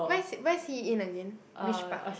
where's where's he in again which part